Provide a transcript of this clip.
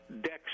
Dex